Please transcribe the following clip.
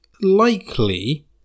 likely